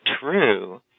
true